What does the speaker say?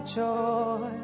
joy